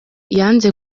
yanze